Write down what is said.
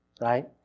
right